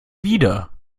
wieder